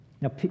Now